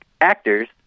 actors